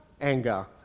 anger